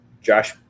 Josh